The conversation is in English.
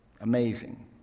amazing